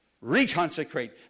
reconsecrate